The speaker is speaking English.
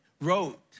wrote